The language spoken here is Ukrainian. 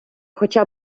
хоча